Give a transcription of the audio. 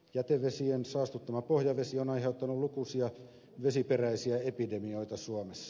jätevesien saastuttama pohjavesi on aiheuttanut lukuisia vesiperäisiä epidemioita suomessa